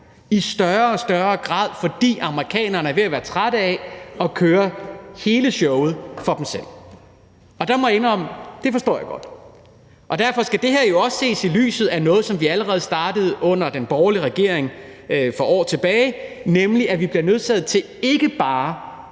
i større og større grad, fordi amerikanerne er ved at være trætte af at køre hele showet for dem selv. Og der må jeg indrømme, at det forstår jeg godt. Derfor skal det her jo også ses i lyset af noget, som vi allerede startede under den borgerlige regering for år tilbage, nemlig at vi bliver nødsaget til ikke bare